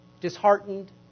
disheartened